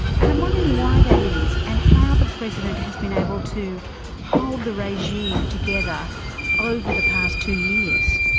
and i'm wondering why that is and how the president has been able to hold the regime together over the past two years.